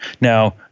Now